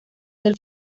del